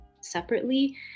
separately